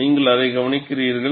நீங்கள் அதை கவனிக்கிறீர்கள்